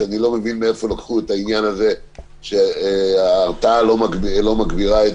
שאני לא מבין מאיפה לקחו את העניין הזה שזה לא מגביר הרתעה,